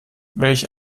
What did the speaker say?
welch